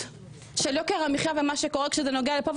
של יוקר המחייה ומה שקורה כשזה נוגע לכאן,